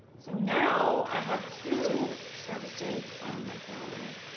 so now i have two services on my calendar,